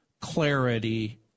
clarity